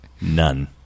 None